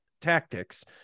tactics